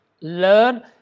learn